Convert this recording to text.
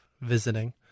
visiting